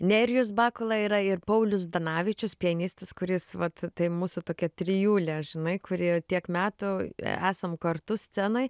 nerijus bakula yra ir paulius zdanavičius pianistas kuris vat tai mūsų tokia trijulė žinai kur jau tiek metų esam kartu scenoj